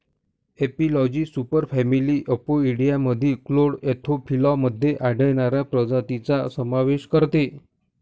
एपिलॉजी सुपरफॅमिली अपोइडियामधील clade Anthophila मध्ये आढळणाऱ्या प्रजातींचा समावेश करते